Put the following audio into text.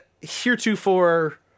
heretofore